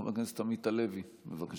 חבר הכנסת עמית הלוי, בבקשה.